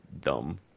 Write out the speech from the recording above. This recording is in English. dumb